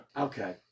Okay